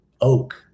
oak